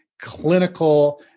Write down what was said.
clinical